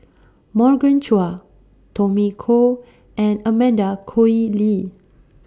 Morgan Chua Tommy Koh and Amanda Koe Lee